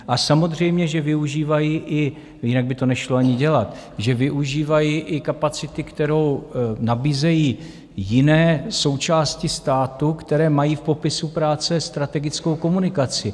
A samozřejmě že využívají i jinak by to nešlo ani dělat že využívají i kapacity, kterou nabízejí jiné součásti státu, které mají v popisu práce, strategickou komunikaci.